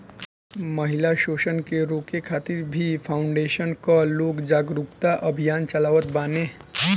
महिला शोषण के रोके खातिर भी फाउंडेशन कअ लोग जागरूकता अभियान चलावत बाने